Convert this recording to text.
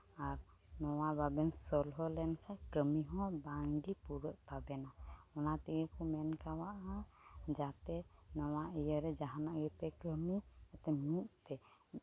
ᱟᱨ ᱱᱚᱣᱟ ᱵᱟᱵᱮᱱ ᱥᱚᱞᱦᱮ ᱞᱮᱱ ᱠᱷᱟᱱ ᱠᱟᱹᱢᱤ ᱦᱚᱸ ᱵᱟᱝ ᱜᱮ ᱯᱩᱨᱟᱹᱜ ᱛᱟᱵᱮᱱᱟ ᱚᱱᱟ ᱛᱮᱜᱮ ᱠᱚ ᱢᱮᱱ ᱠᱟᱣᱟᱫᱼᱟ ᱡᱟᱛᱮ ᱱᱚᱣᱟ ᱤᱭᱟᱹ ᱨᱮ ᱡᱟᱦᱟᱱᱟᱜ ᱜᱮᱯᱮ ᱠᱟᱹᱢᱤ ᱡᱟᱛᱮ ᱢᱤᱫ ᱛᱮ